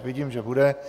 Vidím, že bude.